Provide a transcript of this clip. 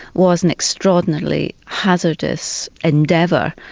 was an extraordinarily hazardous endeavour.